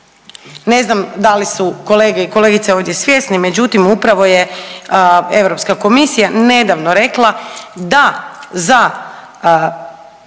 Ne znam da li su kolege i kolegice ovdje svjesni, međutim, upravo je Europska komisija nedavno rekla da za